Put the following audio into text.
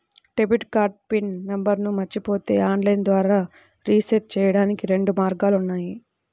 debit card pin నంబర్ను మరచిపోతే online ద్వారా రీసెట్ చెయ్యడానికి రెండు మార్గాలు ఉన్నాయి